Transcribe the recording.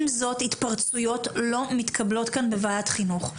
עם זאת, התפרצויות לא מתקבלות כאן בוועדת החינוך.